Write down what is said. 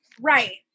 right